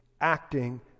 acting